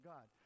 God